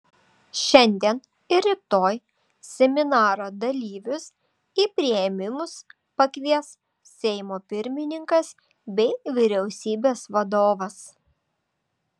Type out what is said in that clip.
šiandien ir rytoj seminaro dalyvius į priėmimus pakvies seimo pirmininkas bei vyriausybės vadovas